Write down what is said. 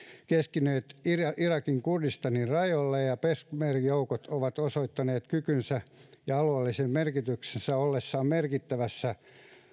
keskittynyt irakin kurdistanin rajoille ja ja peshmerga joukot ovat osoittaneet kykynsä ja alueellisen merkityksensä ollessaan merkittävässä